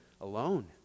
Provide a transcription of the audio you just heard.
alone